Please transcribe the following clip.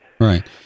Right